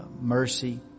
mercy